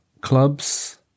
clubs